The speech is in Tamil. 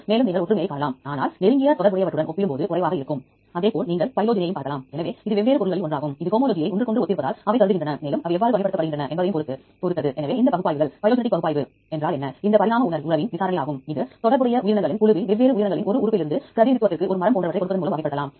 எனவே இது DDBJ வி ல் ஒரு பகுப்பாய்வு விருப்பங்களை தேடுவது பற்றியது பின்னர் உங்களிடம் DDBJ வி ல்சூப்பர் கம்ப்யூட்டிங் விருப்பமும் உள்ளது மற்றும் இந்த சூப்பர் கம்ப்யூட்டிங் வசதியை எவ்வாறு பயன்படுத்துவது உங்களிடம் கிடைக்கும் அனைத்து தகவல்களும் கம்ப்யூட்டரில் எவ்வாறு பயன்படுத்துவது என்பதை இதிலிருந்து பெறலாம்